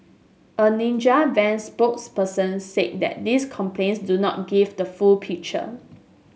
a Ninja Van spokesperson say that these complaints do not give the full picture